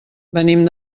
venim